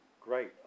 Great